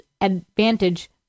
advantage